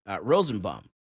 Rosenbaum